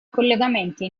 collegamenti